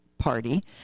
party